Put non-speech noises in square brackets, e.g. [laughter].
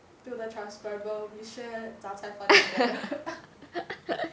to the transcriber we share 榨菜饭 together [laughs]